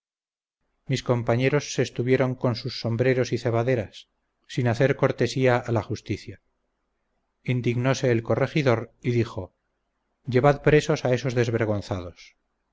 mis compañeros se estuvieron con sus sombreros y cebaderas sin hacer cortesía a la justicia indignose el corregidor y dijo llevad presos a esos desvergonzados